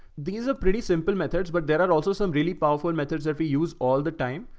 these are pretty simple methods, but there are also some really powerful methods that we use all the time.